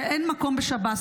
שאין מקום בשב"ס.